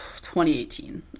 2018